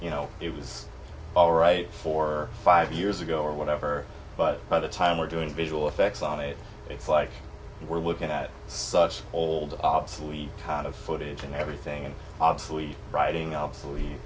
you know it was all right for five years ago or whatever but by the time we're doing visual effects on it it's like we're looking at such old obsolete kind of footage and everything in obsolete writing obsolete